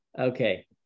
Okay